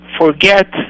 forget